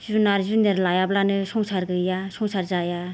जुनार जुनेर लायाब्लानो संसार गैया संसार जाया